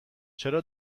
چرا